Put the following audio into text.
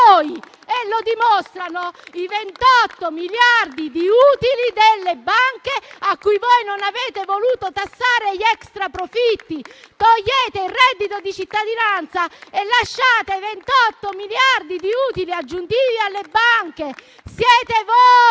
Lo dimostrano i 28 miliardi di utili delle banche a cui voi non avete voluto tassare gli extraprofitti. Togliete il reddito di cittadinanza e lasciate 28 miliardi di utili aggiuntivi alle banche. Siete voi